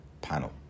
panel